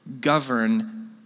govern